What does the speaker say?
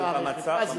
מה זה.